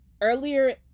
Earlier